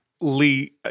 Lee